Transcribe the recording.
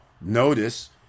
notice